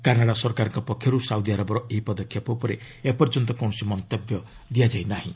Canada ସରକାରଙ୍କ ପକ୍ଷରୁ ସାଉଦିଆରବର ଏହି ପଦକ୍ଷେପ ଉପରେ ଏପର୍ଯ୍ୟନ୍ତ କୌଣସି ମନ୍ତବ୍ୟ ଦିଆଯାଇ ନାହିଁ